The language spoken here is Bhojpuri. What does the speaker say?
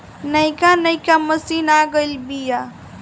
नइका नइका मशीन आ गइल बिआ